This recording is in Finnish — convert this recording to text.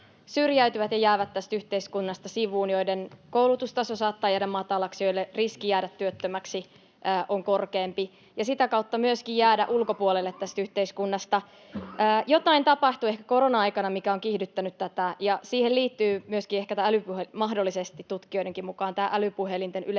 syrjäytyy ja jää tästä yhteiskunnasta sivuun, joiden koulutustaso saattaa jäädä matalaksi, joilla on korkeampi riski jäädä työttömäksi ja sitä kautta myöskin ulkopuolelle tästä yhteiskunnasta. Jotain tapahtui ehkä korona-aikana, mikä on kiihdyttänyt tätä, ja siihen liittyy mahdollisesti